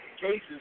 cases